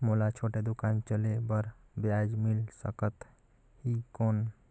मोला छोटे दुकान चले बर ब्याज मिल सकत ही कौन?